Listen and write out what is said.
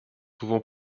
souvent